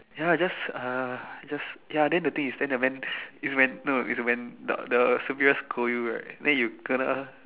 ya just uh just ya then the thing is then the when it's when no it's the when the the superior scold you right then you kena